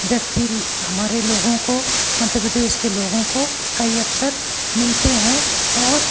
व्यक्ति हमारे लोगों को मध्य प्रदेश के लोगों को कई अवसर मिलते हैं और